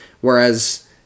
whereas